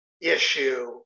issue